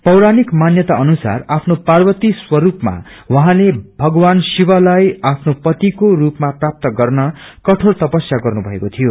पौराणिक मान्याता अनुसार आफ्नो पार्वती स्वरूपमा उहाँले भगवान शिवलाई आफ्नो पतिको स्पमा प्राप्त गर्न कठोर तपस्या गर्नु भएको शियो